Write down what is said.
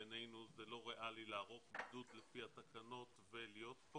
בעינינו זה לא ריאלי לערוך בידוד לפי התקנות ולהיות פה